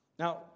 Now